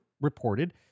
reported